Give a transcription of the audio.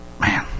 man